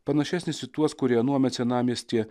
panašesnis į tuos kurie anuomet senamiestyje